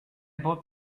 bought